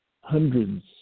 hundreds